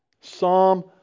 Psalm